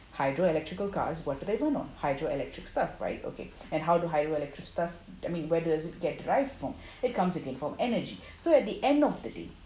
hydro electrical cars what do they run on hydroelectric stuff right okay and how the hydroelectric stuff I mean where does it get derive from it comes again from energy so at the end of the day